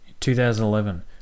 2011